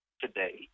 today